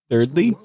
Thirdly